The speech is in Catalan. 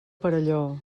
perelló